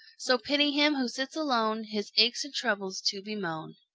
so pity him who sits alone his aches and troubles to bemoan.